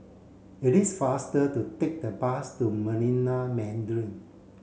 it is faster to take the bus to Marina Mandarin